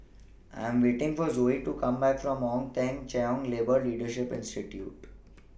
I Am waiting For Zoie to Come Back from Ong Teng Cheong Labour Leadership Institute